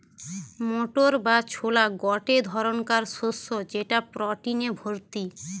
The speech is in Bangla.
মোটর বা ছোলা গটে ধরণকার শস্য যেটা প্রটিনে ভর্তি